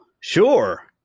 Sure